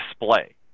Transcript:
display